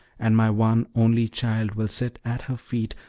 and my one only child will sit at her feet,